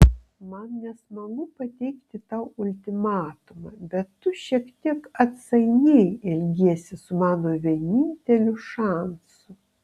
man nesmagu pateikti tau ultimatumą bet tu šiek tiek atsainiai elgiesi su mano vieninteliu šansu